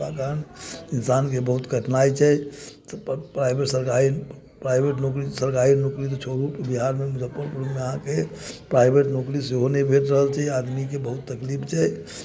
नहि भेटबाक कारण इंसानके बहुत कठिनाइ छै प्राइभेट सरकारी प्राइभेट नौकरी सरकारी नौकरी तऽ छोड़ू बिहारमे मुजफ्फरपुरमे अहाँके प्राइभेट नौकरी सेहो नहि भेट रहल छै आदमीकेँ बहुत तकलीफ छै